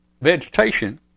vegetation